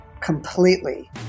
completely